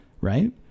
right